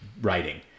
writing